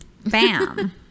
bam